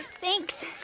Thanks